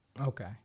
Okay